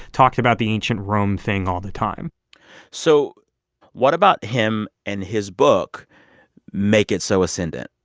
talked about the ancient rome thing all the time so what about him and his book make it so ascendant?